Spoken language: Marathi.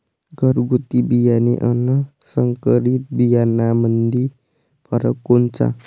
घरगुती बियाणे अन संकरीत बियाणामंदी फरक कोनचा?